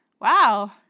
Wow